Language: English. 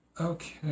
Okay